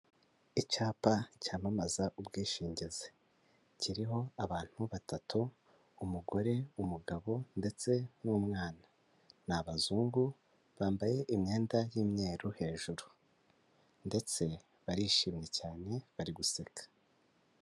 Icyapa cyamamaza ubwishingizi, kiriho abantu batatu, umugore, umugabo ndetse n'umwana, ni abazungu bambaye imyenda y'imyeru hejuru ndetse barishimye cyane bari guseka.